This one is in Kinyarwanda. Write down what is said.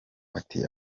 ati